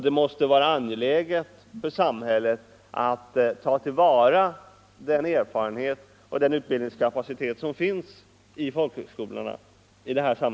Det måste vara angeläget för samhället att ta till vara den erfarenhet och den utbildningskapacitet som finns inom folkhögskolorna.